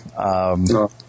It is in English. No